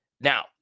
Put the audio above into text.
Now